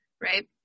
right